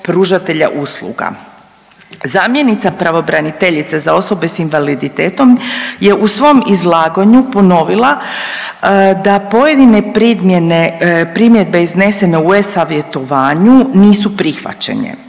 pružatelja usluga. Zamjenica pravobraniteljice za osobe s invaliditetom je u svom izlaganju ponovila da pojedine primjedbe iznesene u e-savjetovanju nisu prihvaćene.